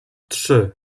trzy